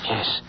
Yes